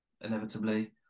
inevitably